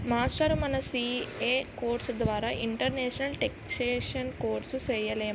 మాస్టారూ మన CA course ద్వారా ఇంటర్నేషనల్ టేక్సేషన్ కోర్సు సేయలేమా